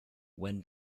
when